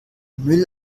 müll